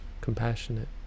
compassionate